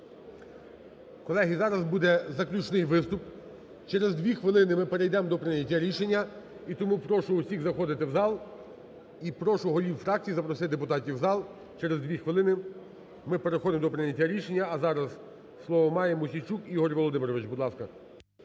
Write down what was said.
Колеги, зараз буде заключний виступ. Через дві хвилини ми перейдемо до прийняття рішення. І тому прошу всіх заходити в зал і прошу голів фракцій запросити депутатів у зал. Через дві хвилини ми переходимо до прийняття рішення. А зараз слово має Мосійчук Ігор Володимирович. Будь ласка.